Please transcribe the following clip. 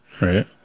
Right